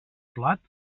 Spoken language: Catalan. plat